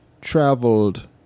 traveled